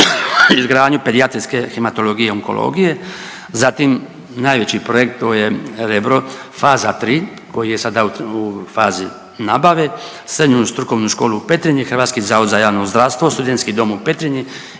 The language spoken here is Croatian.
izgradnju Pedijatrijske hematologije i onkologije, zatim najveći projekt to je Rebro faza III koji je sada u fazi nabave, Srednju strukovnu školu u Petrinji, HZJZ, Studentski dom u Petrinji